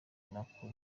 nako